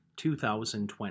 2020